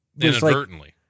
Inadvertently